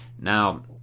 now